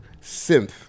Synth